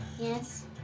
Yes